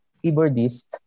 keyboardist